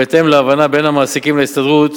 בהתאם להבנה בין המעסיקים להסתדרות.